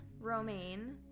Romaine